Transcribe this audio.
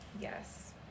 yes